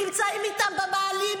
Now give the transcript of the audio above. נמצאים איתם במאהלים,